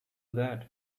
that